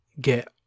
get